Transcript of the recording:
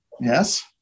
Yes